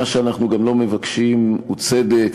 מה שאנחנו גם לא מבקשים הוא צדק,